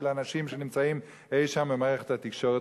אנשים שנמצאים אי-שם במערכת התקשורת,